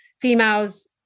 females